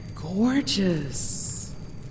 gorgeous